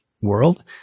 world